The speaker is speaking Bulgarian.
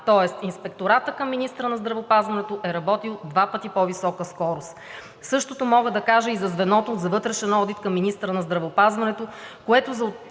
тоест Инспекторатът към министъра на здравеопазването е работил с два пъти по-висока скорост. Същото мога да кажа и за Звеното за вътрешен одит към министъра на здравеопазването,